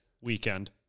weekend